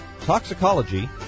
toxicology